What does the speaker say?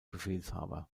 befehlshaber